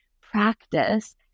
practice